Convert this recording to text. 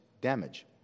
damage